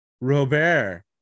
Robert